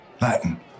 Latin